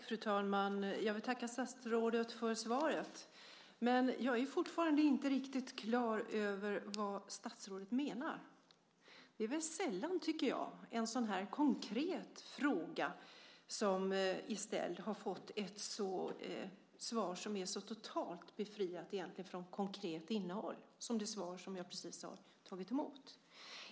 Fru talman! Jag vill tacka statsrådet för svaret. Jag är fortfarande inte riktig klar över vad statsrådet menar. Det är sällan en sådan konkret fråga som är ställd har fått ett svar som är så totalt befriat från konkret innehåll som det svar jag precis har tagit emot.